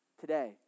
today